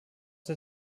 der